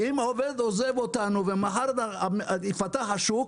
אם עובד עוזב אותנו ומחר יפתח השוק,